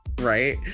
right